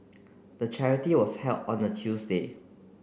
the charity was held on a Tuesday